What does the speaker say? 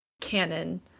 canon